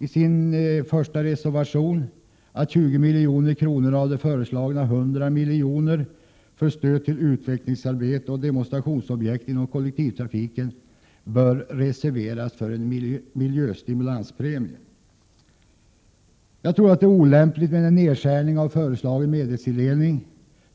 i sin första reservation att 20 milj.kr. av de föreslagna 100 miljonerna för stöd till utvecklingsarbete och demonstrationsobjekt inom kollektivtrafiken bör reserveras för en miljöstimulanspremie. Jag tror att det är olämpligt med en nedskärning av föreslagen medelstilldelning.